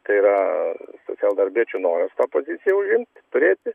tai yra socialdarbiečių noras tą poziciją užimt turėti